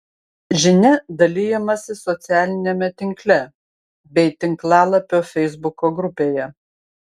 žinia dalijamasi socialiniame tinkle bei tinklalapio feisbuko grupėje